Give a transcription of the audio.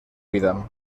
vida